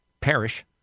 perish